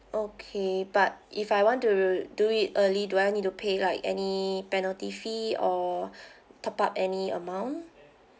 okay but if I want to do it early do I need to pay like any penalty fee or top up any amount